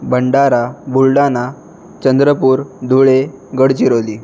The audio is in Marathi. भंडारा बुलढाणा चंद्रपूर धुळे गडचिरोली